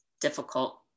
difficult